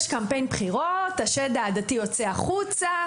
יש קמפיין בחירות השד העדתי יוצא החוצה,